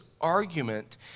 argument